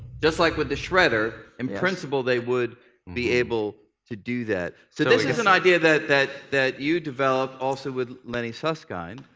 just like with the shredder, in principle they would be able to do that. so this is an idea that that you developed also with lenny susskind,